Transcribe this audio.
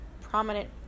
prominent